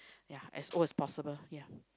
ya as old as possible ya